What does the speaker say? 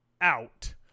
out